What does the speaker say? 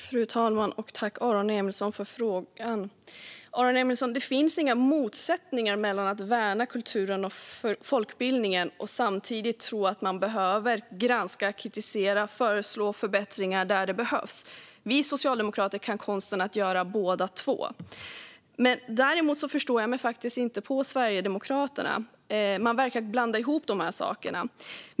Fru talman! Tack, Aron Emilsson, för frågan! Det finns inga motsättningar mellan att värna kulturen och folkbildningen och samtidigt tro att man behöver granska, kritisera och föreslå förbättringar där det behövs. Vi socialdemokrater kan konsten att göra båda delarna. Däremot förstår jag mig inte på Sverigedemokraterna. Man verkar blanda ihop de här sakerna.